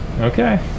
Okay